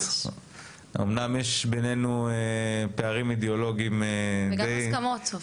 אמנם יש בינינו פערים אידיאולוגיים די גדולים --- וגם הסכמות.